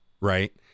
right